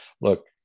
look